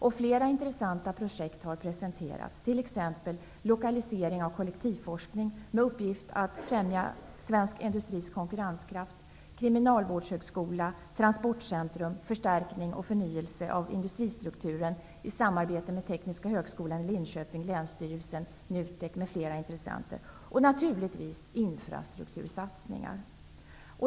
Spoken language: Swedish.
Flera intressanta projekt har presenterats, t.ex. lokalisering av kollektivforskning med uppgift att främja svensk industris konkurrenskraft, kriminalvårdshögskola, transportcentrum, förstärkning och förnyelse av industristrukturen i samarbete med Tekniska högskolan i Linköping, länsstyrelsen, Nutek m.fl. och naturligtvis infrastruktursatsningar.